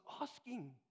asking